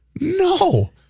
no